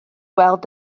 weld